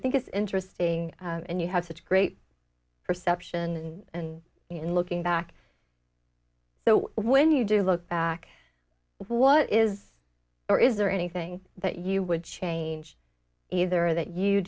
think it's interesting and you have such great perception and in looking back so when you do look back what is or is there anything that you would change either that you